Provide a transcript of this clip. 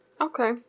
Okay